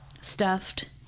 stuffed